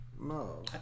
No